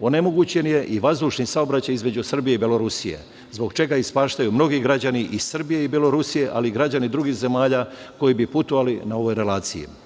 onemogućen je i vazdušni saobraćaj između Srbije i Belorusije, zbog čega ispaštaju mnogi građani i Srbije i Belorusije, ali i građani drugih zemalja koji bi putovali na ovoj relaciji. Vazdušni